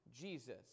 Jesus